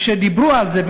כשדיברו על זה,